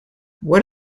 what